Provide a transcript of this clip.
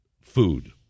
food